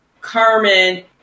Carmen